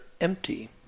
empty